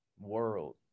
world